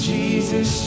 Jesus